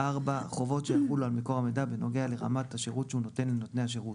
חובות שיחולו על מקור מידע בנוגע לרמת השירות שהוא נותן לנותני השירות.